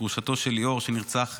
גרושתו של ליאור, שנרצח בנובה: